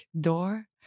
Door